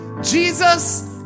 Jesus